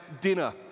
dinner